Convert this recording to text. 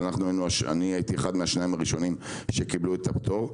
אבל אני הייתי אחד מהשניים הראשונים שקיבלו את הפטור,